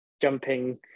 jumping